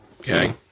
Okay